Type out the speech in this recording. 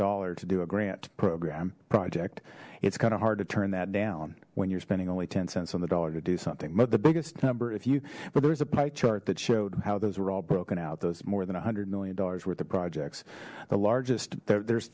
dollar to do a grant program project it's kind of hard to turn that down when you're spending only ten cents on the dollar to do something but the biggest number if you but there's a pie chart that showed how those were all broken out those more than a hundred million dollars worth of projects the largest there's the